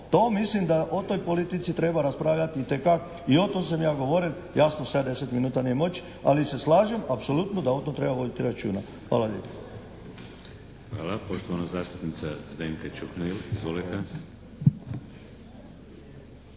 To mislim da o toj politici treba raspravljati itekak i o tom sam ja govoril, jasno sve u 10 minuta nije moć ali se slažem apsolutno da o tom treba voditi računa. Hvala lijepa.